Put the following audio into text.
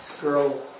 girl